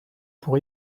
pour